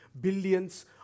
Billions